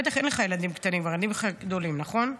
בטח אין לך ילדים קטנים, הילדים שלך גדולים, נכון?